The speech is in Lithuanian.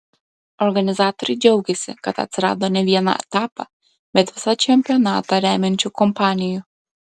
organizatoriai džiaugiasi kad atsirado ne vieną etapą bet visą čempionatą remiančių kompanijų